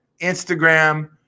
Instagram